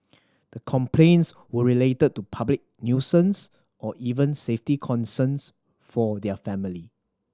the complaints were related to public nuisance or even safety concerns for their family